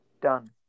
done